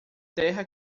terra